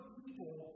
people